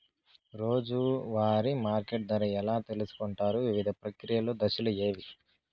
రోజూ వారి మార్కెట్ ధర ఎలా తెలుసుకొంటారు వివిధ ప్రక్రియలు దశలు ఏవి?